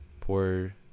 Poor